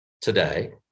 today